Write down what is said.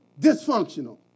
Dysfunctional